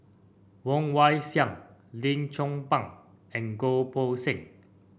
Woon Wah Siang Lim Chong Pang and Goh Poh Seng